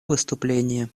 выступление